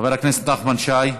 חבר הכנסת נחמן שי,